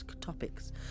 topics